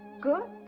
good.